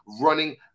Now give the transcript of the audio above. running